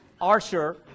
archer